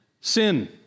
sin